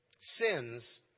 sins